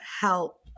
Help